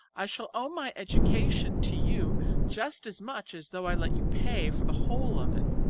i shall owe my education to you just as much as though i let you pay for the whole of it,